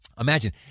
Imagine